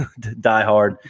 diehard